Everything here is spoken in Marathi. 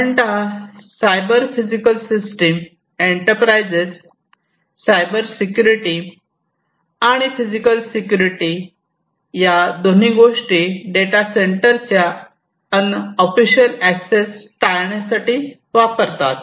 साधारणतः cyber physical system enterprises cyber security आणि फिजिकल सिक्युरिटी या दोन्ही गोष्टी डेटा सेंटरच्या अन ऑफिशियल एक्सेस टाळण्यासाठी वापरतात